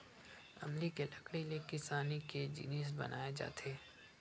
अमली के लकड़ी ले किसानी के जिनिस बनाए जाथे